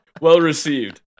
Well-received